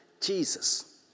Jesus